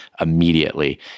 immediately